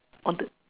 on the